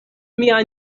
mia